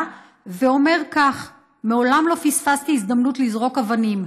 ואומר כך: מעולם לא פספסתי הזדמנות לזרוק אבנים.